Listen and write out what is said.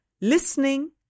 listening